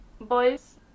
Boys